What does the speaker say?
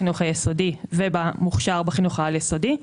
בחינוך היסודי ובמוכשר בחינוך העל יסודי.